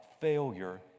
failure